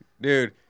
Dude